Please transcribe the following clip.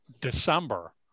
December